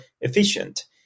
efficient